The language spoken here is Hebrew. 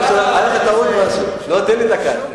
היתה טעות, משהו, תן לי דקה.